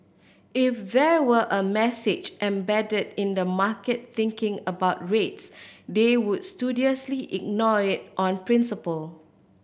if there were a message embedded in the market thinking about rates they would studiously ignore it on principle